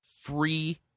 free